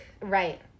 right